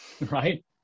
Right